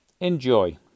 Enjoy